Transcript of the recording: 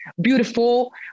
beautiful